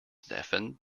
stephen